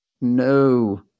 no